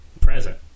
present